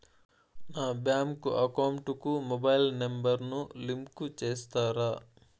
నా bank account కు mobile number ను లింకు చేస్తారా?